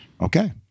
okay